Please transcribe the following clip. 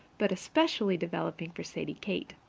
but especially developing for sadie kate.